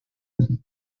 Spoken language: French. dit